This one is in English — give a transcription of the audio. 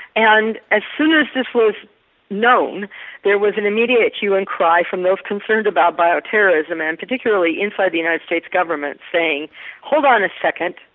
and as soon as this was known there was an immediate hue and cry from those concerned about bio terrorism and particularly inside the united states government saying hold on a second,